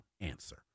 answer